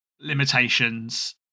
limitations